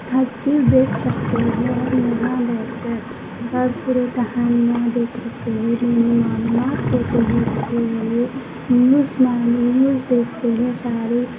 ہر چیز دیکھ سکتے ہیں ہم یہاں بیٹھ کر اور پورے کہانیاں دیکھ سکتے ہیں دینی معلومات ہوتے ہیں اس کے لیے نیوز معلوم نیوز دیکھتے ہیں سارے